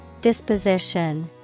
Disposition